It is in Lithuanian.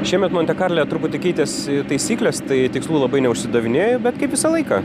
šiemet monte karle truputį keitėsi taisyklės tai tikslų labai neužsidavinėju bet kaip visą laiką